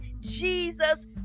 Jesus